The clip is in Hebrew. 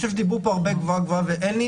דיברו פה הרבה גבוהה-גבוהה, ואין לי